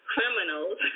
criminals